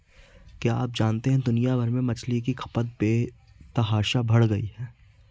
क्या आप जानते है दुनिया भर में मछली की खपत बेतहाशा बढ़ गयी है?